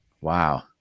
Wow